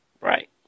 Right